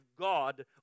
God